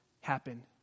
happen